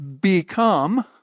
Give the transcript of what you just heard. become